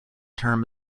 term